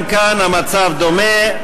גם כאן המצב דומה,